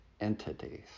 entities